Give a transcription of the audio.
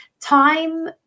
Time